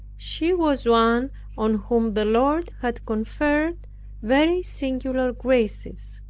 she was one on whom the lord had conferred very singular graces.